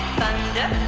thunder